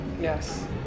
Yes